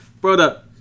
Brother